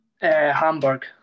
Hamburg